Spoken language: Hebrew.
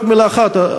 רק מילה אחת,